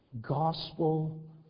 gospel